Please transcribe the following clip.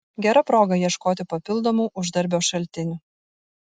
gera proga ieškoti papildomų uždarbio šaltinių